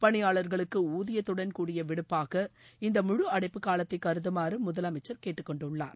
பணிபாளர்களுக்கு ஊதியத்துடன் கூடிய விடுப்பாக இந்த முழு அடைப்பு காலத்தை கருதமாறும் முதலமைச்சர் கேட்டுக் கொண்டுள்ளார்